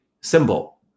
symbol